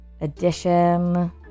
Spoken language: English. edition